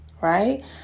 right